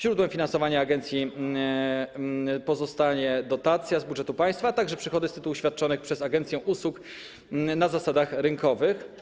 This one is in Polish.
Źródłem finansowania agencji pozostanie dotacja z budżetu państwa, a także przychody z tytułu świadczonych przez agencję usług na zasadach rynkowych.